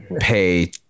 pay